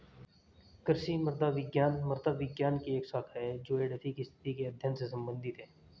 कृषि मृदा विज्ञान मृदा विज्ञान की एक शाखा है जो एडैफिक स्थिति के अध्ययन से संबंधित है